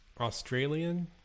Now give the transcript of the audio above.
Australian